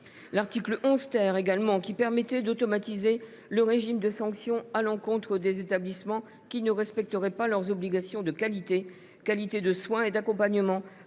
l’article 11 , qui permettait d’automatiser le régime des sanctions à l’encontre des établissements qui ne respecteraient pas leurs obligations de qualité de soins et d’accompagnement